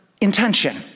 intention